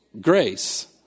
grace